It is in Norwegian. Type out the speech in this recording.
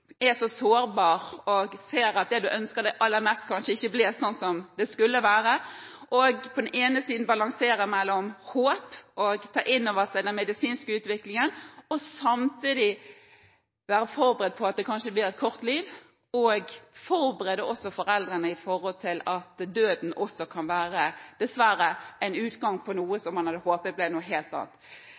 er i når en er så sårbar og ser at det en ønsker seg aller mest, kanskje ikke blir slik som en kunne ønske. Man må på den ene siden balansere mellom håp og det å ta inn over seg den medisinske utviklingen, og på den andre siden være forberedt på at det kanskje blir et kort liv – og forberede foreldrene på at døden også kan være en utgang, dessverre, på noe som man hadde håpet